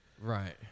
Right